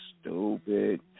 stupid